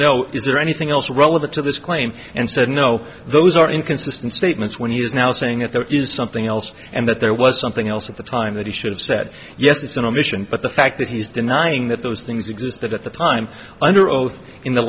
no is there anything else relevant to this claim and said no those are inconsistent statements when he is now saying that there is something else and that there was something else at the time that he should have said yes it's an omission but the fact that he's denying that those things existed at the time under oath in the